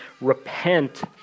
repent